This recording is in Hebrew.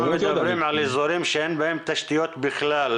אנחנו מדברים על אזורים שאין בהם תשתיות בכלל,